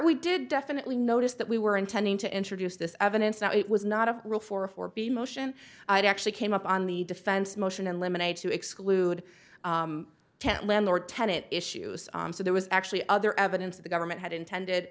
we did definitely notice that we were intending to introduce this evidence that it was not a rule for a four b motion i'd actually came up on the defense motion and lemonade to exclude tent landlord tenant issues so there was actually other evidence of the government had intended